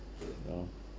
okay well